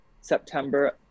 September